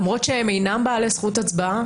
למרות שהמסתננים אינם בעלי זכות הצבעה,